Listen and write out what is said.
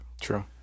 True